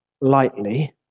lightly